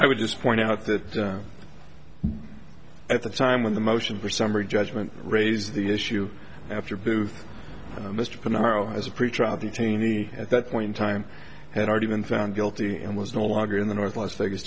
would just point out that at the time when the motion for summary judgment raised the issue after booth mr tomorrow has a pretrial detainee at that point in time had already been found guilty and was no longer in the north las vegas